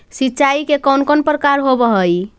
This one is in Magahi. सिंचाई के कौन कौन प्रकार होव हइ?